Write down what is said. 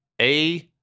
A-